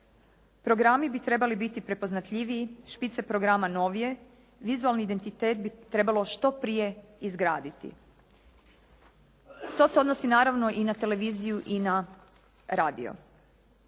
Programi bi trebali biti prepoznatljiviji, špice programa novije, vizualni identitet bi trebalo što prije izgraditi. To se odnosi naravno i na televiziju i na radio.